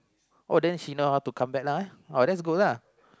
oh then she know how to come back lah that's good lah